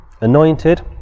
anointed